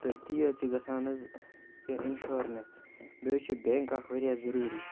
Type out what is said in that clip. تہٕ تی حظ چھِ گژھان حظ یا اِنشورنٕس بیٚیہِ حظ چھِ بٮ۪نٛک اَکھ واریاہ ضٔروٗری